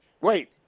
Wait